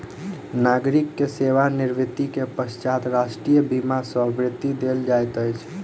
नागरिक के सेवा निवृत्ति के पश्चात राष्ट्रीय बीमा सॅ वृत्ति देल जाइत अछि